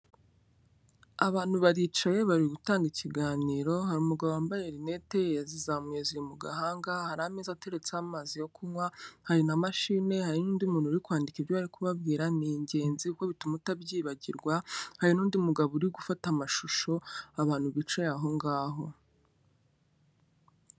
Abantu baricaye bari gutanga ikiganiro, hari umugabo wambaye rinete, yazizamuye ziri mu gahanga, hari ameza ateretseho amazi yo kunywa, hari na mashine, hari n'undi muntu uri kwandika ibyo bari kubabwira, ni ingenzi kuko bituma utabyibagirwa, hari n'undi mugabo uri gufata amashusho abantu bicaye aho ngaho.